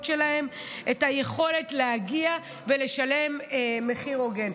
שלהם את היכולת להגיע ולשלם מחיר הוגן.